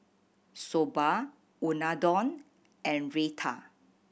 Soba Unadon and Raita